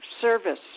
service